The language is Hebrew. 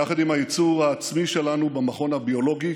יחד עם הייצור העצמי שלנו במכון הביולוגי,